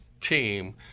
team